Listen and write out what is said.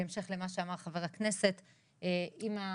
בהמשך למה שאמר חבר הכנסת משה אבוטבול,